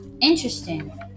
Interesting